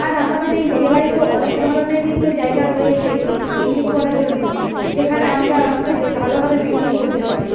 আর আমাদের এই জেলায় তো অনেক ধরনেরই তো জায়গা রয়েছে পিকনিক করার জন্য যেখানে আমরা খুব ভালোভাবে পিকনিক করতে পারি